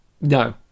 No